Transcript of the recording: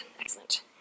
Excellent